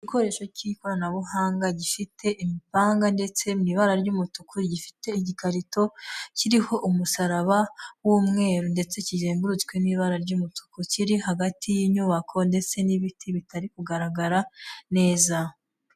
Igikoresho cy'ikoranabuhanga gifite imipanga ndetse mu ibara ry'umutuku gifite igikarito, kiriho umusaraba w'umweru ndetse kizengurutswe n'ibara ry'umutuku kiri hagati y'inyubako ndetse n'ibiti bitari kugaragara neza.